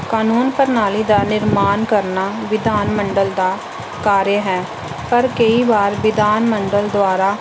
ਕਾਨੂੰਨ ਪ੍ਰਣਾਲੀ ਦਾ ਨਿਰਮਾਣ ਕਰਨਾ ਵਿਧਾਨ ਮੰਡਲ ਦਾ ਕਾਰਜ ਹੈ ਪਰ ਕਈ ਵਾਰ ਵਿਧਾਨ ਮੰਡਲ ਦੁਆਰਾ